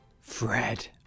Fred